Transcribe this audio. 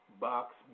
Box